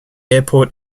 airport